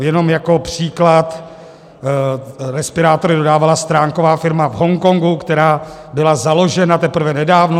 Jenom jako příklad, respirátory dodávala stránková firma v Hongkongu, která byla založena teprve nedávno.